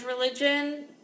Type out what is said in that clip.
religion